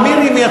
עמיר הוא,